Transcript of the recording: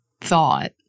thought